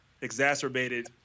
exacerbated